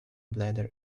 bladder